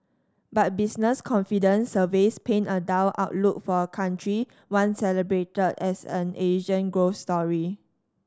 but business confidence surveys paint a dull outlook for a country once celebrated as an Asian growth story